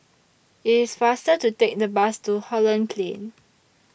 IT IS faster to Take The Bus to Holland Plain